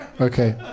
Okay